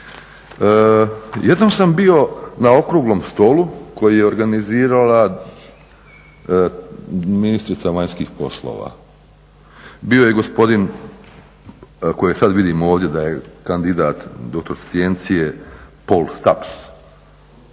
Jednom sam bio na okruglom stolu koji je organizirala ministrica vanjskih poslova. Bio je i gospodin koji sad vidim ovdje da je kandidat, doktor scijencije Paul Stapps.